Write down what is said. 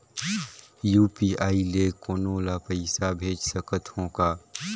UPI ले कोनो ला पइसा भेज सकत हों का?